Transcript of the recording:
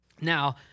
Now